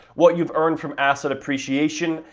what you've earned from asset appreciation,